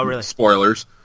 spoilers